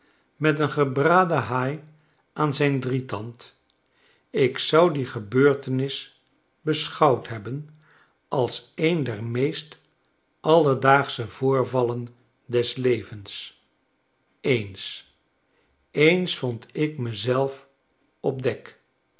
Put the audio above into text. met een gebradenhaai aan zijn drietand ik zou die gebeurtenis beschouwd hebben als een der meest alledaagsche voorvallen des levens eens eens vond ik me zelf op dek